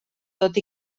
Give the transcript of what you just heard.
tot